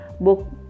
book